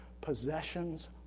possessions